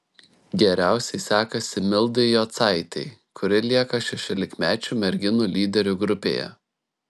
geriausiai sekasi mildai jocaitei kuri lieka šešiolikmečių merginų lyderių grupėje